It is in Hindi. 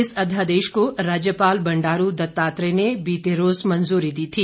इस अध्यादेश को राज्यपाल बंडारू दत्तात्रेय ने बीते रोज मंजूरी दी थी